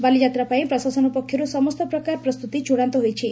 ବାଲିଯାତ୍ରା ପାଇଁ ପ୍ରଶାସନ ପକ୍ଷରୁ ସମସ୍ତ ପ୍ରକାର ପ୍ରସ୍ତୁତି ଚୂଡ଼ାନ୍ତ ହୋଇଛି